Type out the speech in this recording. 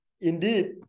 indeed